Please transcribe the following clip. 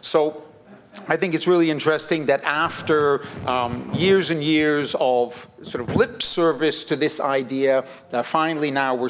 so i think it's really interesting that after years and years of sort of lip service to this idea finally now we're